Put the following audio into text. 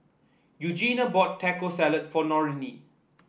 Eugenia bought Taco Salad for Norene